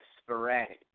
sporadic